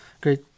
great